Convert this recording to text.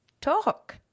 Talk